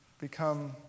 become